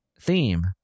theme